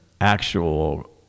actual